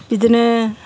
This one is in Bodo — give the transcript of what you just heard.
बिदिनो